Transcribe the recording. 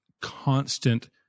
constant –